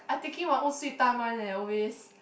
I taking my own sweet time one eh always